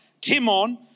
Timon